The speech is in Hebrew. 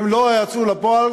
הן לא יצאו לפועל,